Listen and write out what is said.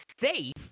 safe